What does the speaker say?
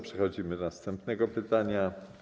Przechodzimy do następnego pytania.